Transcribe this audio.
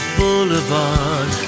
Boulevard